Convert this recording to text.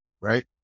Right